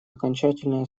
окончательная